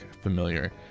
familiar